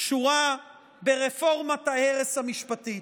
קשורה ברפורמת ההרס המשפטית.